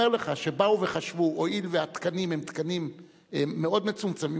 הואיל והתקנים הם תקנים מאוד מצומצמים,